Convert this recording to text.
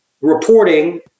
reporting